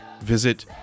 visit